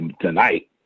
tonight